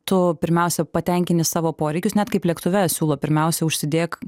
tu pirmiausia patenkini savo poreikius net kaip lėktuve siūlo pirmiausia užsidėk